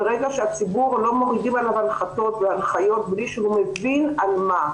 ברגע שלא מורידים על הציבור הנחתות והנחיות בלי שהוא מבין על מה,